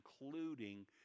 including